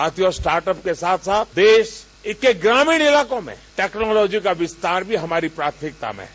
साथियों स्टार्टअप के साथ साथ देश एक एक ग्रामीण इलाकों में टेक्नोलॉजी का विस्तार भी हमारी प्राथमिकताओं में है